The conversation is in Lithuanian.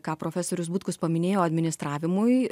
ką profesorius butkus paminėjo administravimui